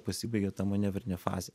pasibaigė ta manevrinė fazė